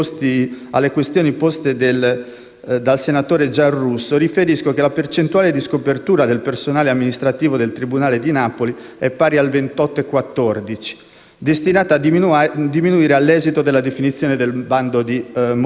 dal senatore Giarrusso, riferisco che la percentuale di scopertura del personale amministrativo del tribunale di Napoli è pari al 28,14, destinata a diminuire all'esito della definizione del bando di mobilità.